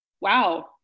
wow